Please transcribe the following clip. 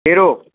कहिड़ो